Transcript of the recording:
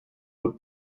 would